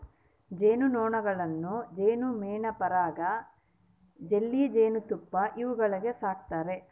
ಜೇನು ನೊಣಗಳನ್ನು ಜೇನುಮೇಣ ಪರಾಗ ಜೆಲ್ಲಿ ಜೇನುತುಪ್ಪ ಇವುಗಳಿಗಾಗಿ ಸಾಕ್ತಾರೆ